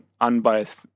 unbiased